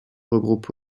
regroupe